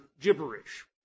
gibberish